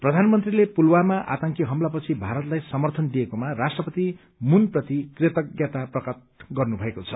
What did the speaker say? प्रधानमन्त्रीले पुलवामा आतंकी हमलापछि भारतलाई समर्थन दिएकोमा राष्ट्रपति मूनप्रति कृतज्ञता प्रकट गर्नुभएको छ